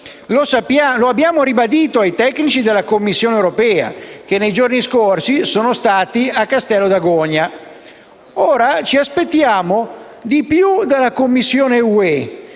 «Lo abbiamo ribadito ai tecnici della Commissione che nei giorni scorsi sono stati a Castello d'Agogna. Ora ci aspettiamo di più dalla Commissione UE,